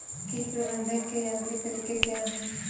कीट प्रबंधक के यांत्रिक तरीके क्या हैं?